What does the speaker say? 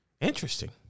Interesting